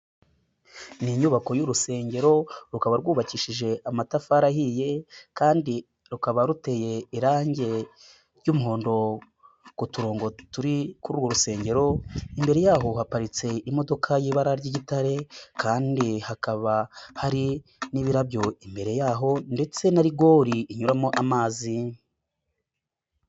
Ni inyubako y'urusengero, rukaba rwubakishije amatafari ahiye kandi rukaba ruteye irange ry'umuhondo ku turongo turi kuri urwo rusengero, imbere yaho haparitse imodoka y'ibara ry'igitare kandi hakaba hari n'ibirabyo imbere yaho ndetse na rigori inyuramo amazi.